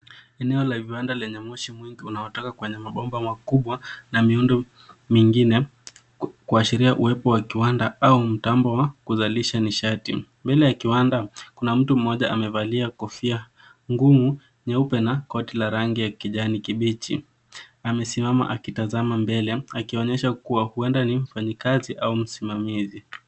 Eneo la viwanda lenye moshi mwingi unaotoka kwenye mabomba makubwa na miundo mingine kuashiria uwepo wa kiwanda au mtambo wa kuzalisha nishati. Mbele ya kiwanda, kuna mtu mmoja amevalia kofia ngumu nyeupe na koti la rangi ya kijani kibichi. Amesimama akitazama mbele akionyesha kuwa huenda ni mfanyikazi au msimamizi.